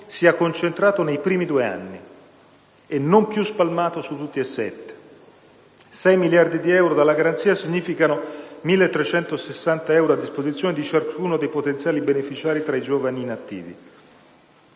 sia concentrato nei primi due anni, e non più spalmato su sette. Sei miliardi di euro della garanzia significano circa 1.360 euro a disposizione di ciascuno dei potenziali beneficiari tra i giovani inattivi.